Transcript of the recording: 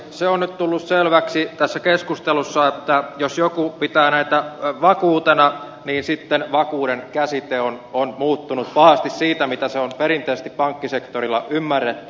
se on nyt tullut selväksi tässä keskustelussa että jos joku pitää näitä vakuutena niin sitten vakuuden käsite on muuttunut pahasti siitä miten se on perinteisesti pankkisektorilla ymmärretty